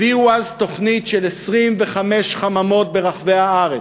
הביאו אז תוכנית של 25 חממות ברחבי הארץ.